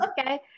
Okay